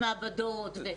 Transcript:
ובמעבדות.